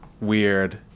weird